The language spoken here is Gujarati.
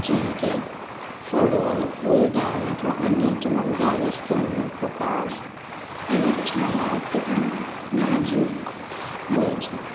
જેમકે ફળો ફૂલદાન અથવા અન્ય ચમકદાર વસ્તુઓનો પ્રકાશ અને છાયા કેટલાં નાજુક હોય છે